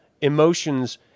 emotions